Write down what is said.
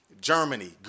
Germany